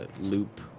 loop